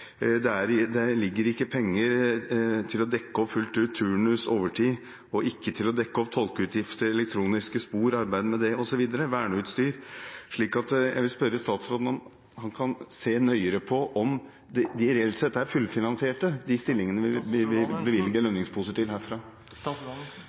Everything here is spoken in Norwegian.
Det er ikke penger til fullt ut å dekke opp turnus og overtid eller til å dekke opp tolkeutgifter, elektroniske spor – arbeidet med det – verneutstyr osv. Jeg vil spørre statsråden om han kan se nøyere på om de reelt sett er fullfinansiert, de stillingene vi